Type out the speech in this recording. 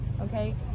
Okay